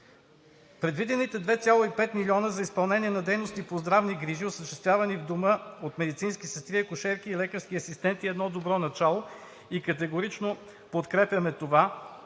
Предвидените 2,5 млн. лв. за изпълнение на дейности по здравни грижи, осъществявани в дома от медицински сестри, акушерки и лекарски асистенти, е едно добро начало и категорично подкрепяме това,